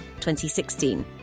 2016